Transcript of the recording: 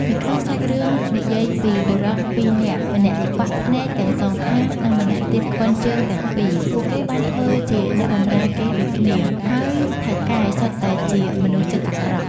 នៅក្នុងសាច់រឿងនិយាយពី បុរសពីរនាក់ ម្នាក់ខ្វាក់ភ្នែកទាំងសងខាង និងម្នាក់ទៀតខ្វិនជើងទាំងពីរ ពួកគេបានធ្វើជាអ្នកបម្រើគេដូចគ្នា ហើយថៅកែសុទ្ធតែជាមនុស្សចិត្តអាក្រក់ ។